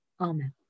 Amen